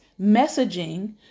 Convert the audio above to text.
messaging